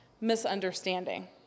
misunderstanding